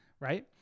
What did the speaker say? Right